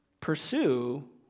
pursue